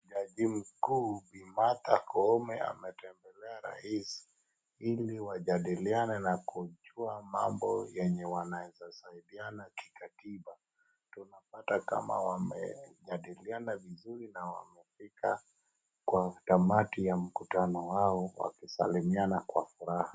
Jaji mkuu Bi Martha Koome ametembelea rais ili wajadiliane na kujua mambo yenye wanaeza saidiana kikatiba. Tunapata kama wamejadiliana vizuri na wamefika kwa utamati ya mkutano wao wakisalimiana kwa furaha.